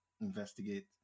investigate